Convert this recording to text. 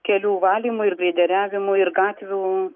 kelių valymui ir greideriavimui ir gatvių